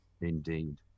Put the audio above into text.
indeed